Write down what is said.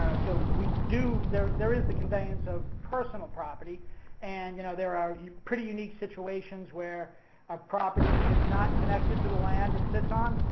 so we do, there there is the conveyance of personal property and, you know, there are pretty unique situations where a property is not connected to the land it sits on.